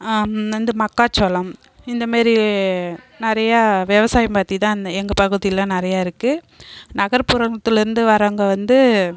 வந்து மக்காச்சோளம் இந்தமாரி நிறையா விவசாயம் பற்றிதான் அந்த எங்கள் பகுதியில் நிறையா இருக்குது நகர்ப்புறத்துலேருந்து வரவங்க வந்து